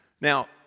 Now